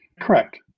Correct